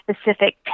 specific